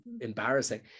embarrassing